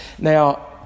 Now